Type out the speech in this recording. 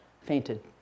fainted